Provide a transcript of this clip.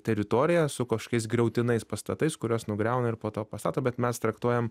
teritorija su kažkokiais griautinais pastatais kuriuos nugriauna ir po to pastato bet mes traktuojam